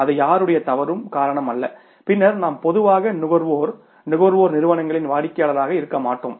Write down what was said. அது யாருடைய தவறும் காரணம் அல்ல பின்னர் நாம் பொதுவாக நுகர்வோர் நுகர்வோர் நிறுவனங்களின் வாடிக்கையாளர்களாக இருக்க மாட்டோம்